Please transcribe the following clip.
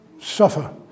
suffer